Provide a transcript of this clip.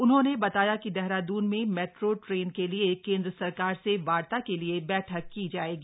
उन्होंने बताया कि देहराद्रन में मेट्रो के लिए केंद्र सरकार से वार्ता के लिए बठक की जायेगी